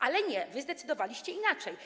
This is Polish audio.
Ale nie, wy zdecydowaliście inaczej.